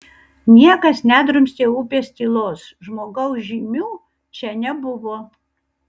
niekas nedrumstė upės tylos žmogaus žymių čia nebuvo